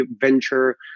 venture